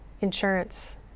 insurance